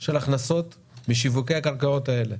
של הכנסות משיווקי הקרקעות האלה,